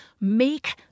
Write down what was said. make